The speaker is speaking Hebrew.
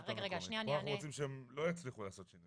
פה אנחנו רוצים שהם לא יצליחו לעשות שינויים.